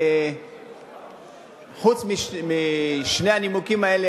חוץ משני הנימוקים האלה,